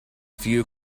few